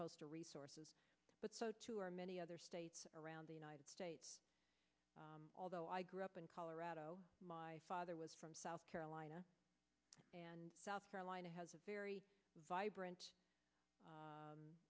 coastal resources but so too are many other states around the united states although i grew up in colorado my father was from south carolina and south carolina has a very vibrant